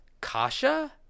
Kasha